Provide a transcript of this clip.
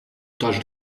touch